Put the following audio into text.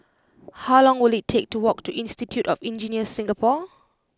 how long will it take to walk to Institute of Engineers Singapore